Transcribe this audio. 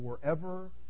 forever